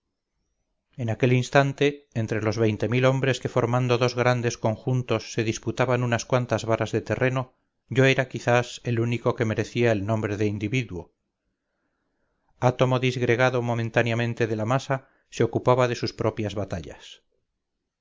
en aquel instante entre los veinte mil hombres que formando dos grandes conjuntos se disputaban unas cuantas varas de terreno yo era quizás el único que merecía el nombre de individuo átomo disgregado momentáneamente de la masa se ocupaba de sus propias batallas